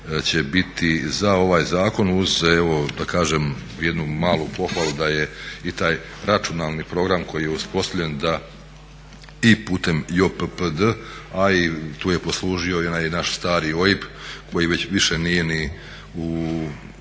će biti za ovaj zakon uz evo jednu malu pohvalu da je i taj računalni program koji je uspostavljen da i putem JOPPD, a i tu je poslužio i onaj naš stari OIB koji već više nije ni u